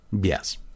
Yes